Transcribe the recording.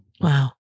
Wow